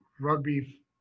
rugby